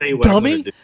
Dummy